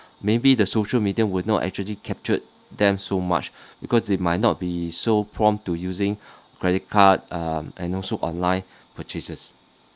maybe the social media will not actually capture them so much because they might not be so prompt to using credit card um and also online purchases